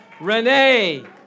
Renee